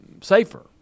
safer